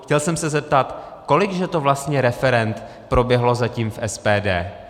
Chtěl jsem se zeptat, kolik že to vlastně referend proběhlo zatím v SPD?